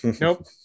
Nope